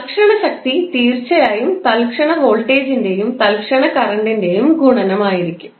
തൽക്ഷണ ശക്തി തീർച്ചയായും തൽക്ഷണ വോൾട്ടേജിൻറെയും തൽക്ഷണ കറണ്ടിൻറെയും ഗുണനം ആയിരിക്കും